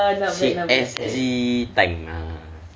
C_S_G time ah